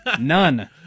None